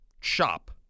shop